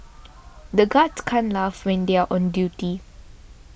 the guards can't laugh when they are on duty